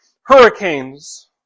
hurricanes